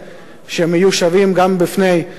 שהם יהיו שווים גם בפני החוק,